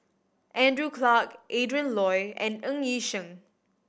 Andrew Clarke Adrin Loi and Ng Yi Sheng